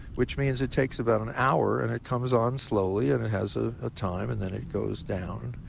which means it takes about an hour, and it comes on slowly. and it has a ah time, and then it goes down.